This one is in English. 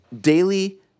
daily